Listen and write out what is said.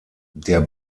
der